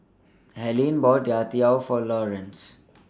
Harlene bought Youtiao For Lawrence